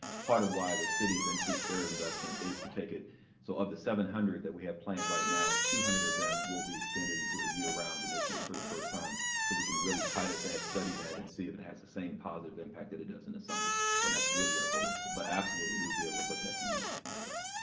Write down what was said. part of why the city has increased their investment is to take it so of the seven hundred that we have planned right now, two hundred of them will be extended into a year round initiative for the first time so we can really pilot that, study that, and see if it has the same positive impact that it does in the summer. and that's really our goal. but absolutely we will be able to put that to use. chris rodgers ok,